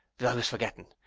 i was forgetting.